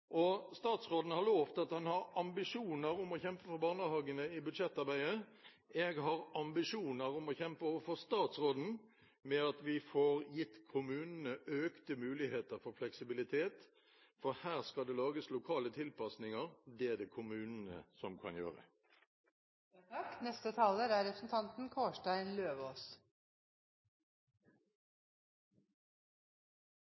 Statsråden har lovt at han har ambisjoner om å kjempe for barnehagene i budsjettarbeidet. Jeg har ambisjoner om å kjempe overfor statsråden om at vi får gitt kommunene økte muligheter for fleksibilitet, for her skal det lages lokale tilpasninger. Det er det kommunene som kan gjøre. Jeg er enig med representanten